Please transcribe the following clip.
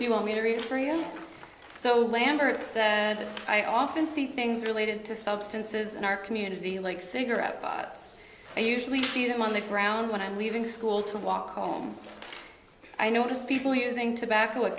if you want me to read it for you so lambert said i often see things related to substances in our community like cigarette butts i usually feel them on the ground when i'm leaving school to walk home i noticed people using tobacco at